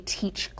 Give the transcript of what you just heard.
teach